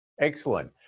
Excellent